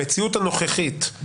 אנחנו